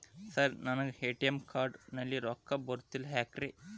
Sir ನನಗೆ ATM card ನಲ್ಲಿ ರೊಕ್ಕ ಬರತಿಲ್ಲ ಯಾಕ್ರೇ?